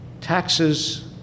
taxes